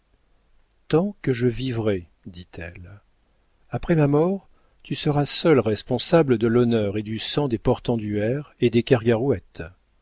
tant que je vivrai dit-elle après ma mort tu seras seul responsable de l'honneur et du sang des portenduère et des